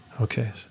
Okay